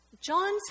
John's